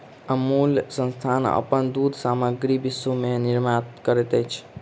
अमूल संस्थान अपन दूध सामग्री विश्व में निर्यात करैत अछि